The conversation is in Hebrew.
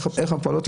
הפרדה.